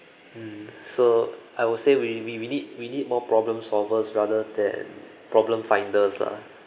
mm so I will say we we we need we need more problem solvers rather than problem finders lah